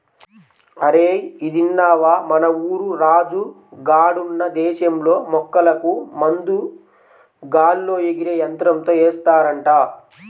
అరేయ్ ఇదిన్నవా, మన ఊరు రాజు గాడున్న దేశంలో మొక్కలకు మందు గాల్లో ఎగిరే యంత్రంతో ఏస్తారంట